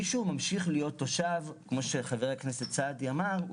מי שממשיך להיות תושב כמו שחבר הכנסת סעדי אמר,